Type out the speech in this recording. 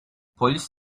polis